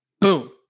Boom